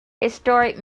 historic